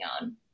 on